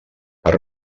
per